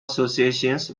associations